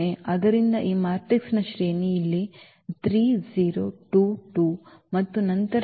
ಆದ್ದರಿಂದ ಈ ಮ್ಯಾಟ್ರಿಕ್ಸ್ನ ಶ್ರೇಣಿ ಇಲ್ಲಿ 3 0 2 2 ಮತ್ತು ನಂತರ